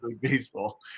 baseball